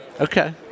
Okay